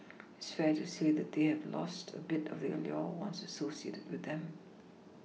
it's fair to say that they have both lost a bit of the allure once associated with them